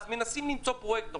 אז מנסים למצוא פרויקטור.